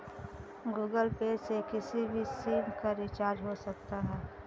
Google Pay से किसी भी सिम का रिचार्ज हो सकता है